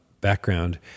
background